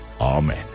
Amen